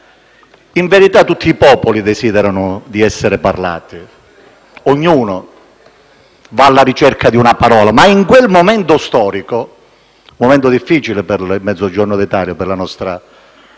In verità, tutti i popoli desiderano di «essere parlati», ognuno va alla ricerca di una parola, ma in quel momento storico, un momento difficile per il Mezzogiorno d'Italia e per la nostra